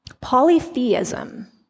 polytheism